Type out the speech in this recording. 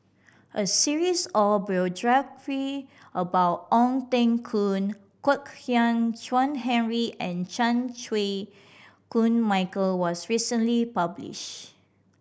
a series of about Ong Teng Koon Kwek Hian Chuan Henry and Chan Chew Koon Michael was recently publish